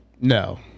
no